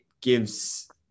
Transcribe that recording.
gives